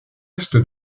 est